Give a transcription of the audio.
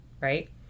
right